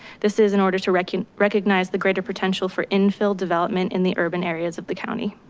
this is an order to recognize recognize the greater potential for infill development in the urban areas of the county.